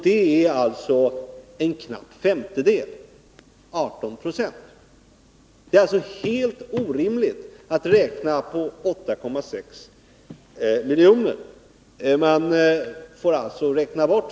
Det är alltså en knapp femtedel — 18 26. Det är helt orimligt att räkna på 8,6 miljoner.